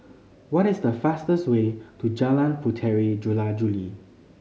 what is the fastest way to Jalan Puteri Jula Juli